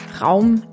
Raum